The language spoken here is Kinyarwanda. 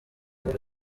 inda